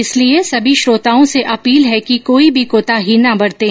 इसलिए सभी श्रोताओं से अपील है कि कोई भी कोताही न बरतें